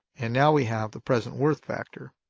and now we have the present worth factor.